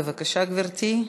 בבקשה, גברתי.